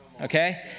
Okay